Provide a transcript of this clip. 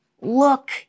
look